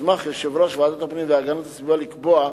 יוסמך יושב-ראש ועדת הפנים והגנת הסביבה לקבוע,